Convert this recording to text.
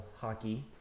hockey